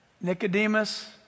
Nicodemus